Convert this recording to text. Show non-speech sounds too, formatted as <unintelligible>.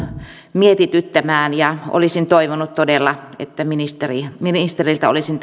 mietityttämään ja olisin toivonut todella että ministeriltä olisin <unintelligible>